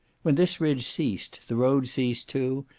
when this ridge ceased, the road ceased too,